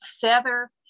feather